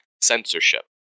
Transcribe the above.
censorship